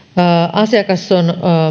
asiakas on